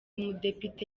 mudepite